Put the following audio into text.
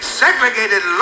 segregated